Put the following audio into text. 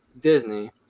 Disney